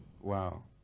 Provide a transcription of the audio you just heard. Wow